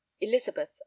elizabeth